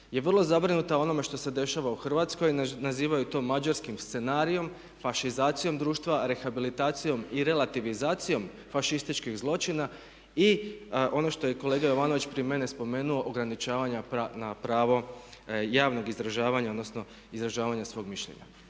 je vrlo zabrinuta onime što se dešava u Hrvatskoj, nazivaju to mađarskim scenarijem, fašizacijom društva, rehabilitacijom i relativizacijom fašističkih zločina. I ono što je kolega Jovanović prije mene spomenuo ograničavanja na pravo javnog izražavanja, odnosno izražavanja svoga mišljenja.